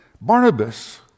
Barnabas